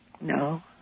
no